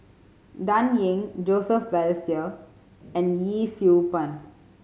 Dan Ying Joseph Balestier and Yee Siew Pun